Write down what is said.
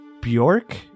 Bjork